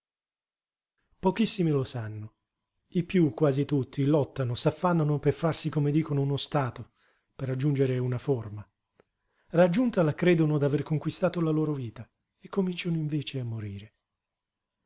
pochissimi lo sanno i piú quasi tutti lottano s'affannano per farsi come dicono uno stato per raggiungere una forma raggiuntala credono d'aver conquistato la loro vita e cominciano invece a morire